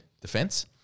defense